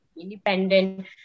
Independent